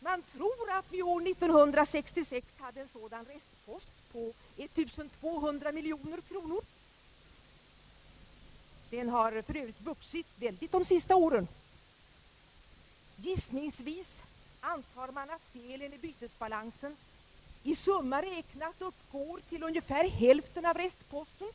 Man tror att vi år 1966 hade en sådan restpost på 1200 miljoner kronor. Den har f. ö. vuxit mycket de senaste åren. Gissningsvis antar man att felen i bytesbalansen i summa räknat uppgår till ungefär hälften av restposten.